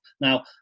now